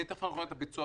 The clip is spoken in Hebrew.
הינה, תכף נראה את הביצוע.